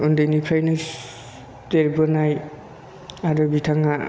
उन्दैनिफ्रायनो देरबोनाय आरो बिथाङा